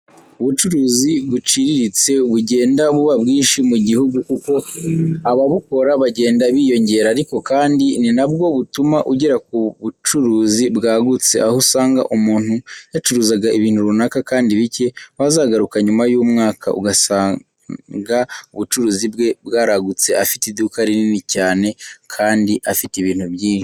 Ubucuruzi buciriritse bugenda buba bwinshi mu gihugu kuko ababukora bagenda biyongera, ariko kandi ni nabwo butuma ugera ku bucuruzi bwagutse, aho usanga umuntu yacuruzaga ibintu runaka kandi bike wazagaruka nyuma y'umwaka ugasanaga ubucuruzi bwe bwaragutse, afite iduka rinini cyane kandi afite ibintu byinshi.